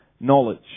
knowledge